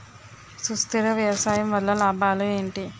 సుస్థిర వ్యవసాయం వల్ల లాభాలు ఏంటి?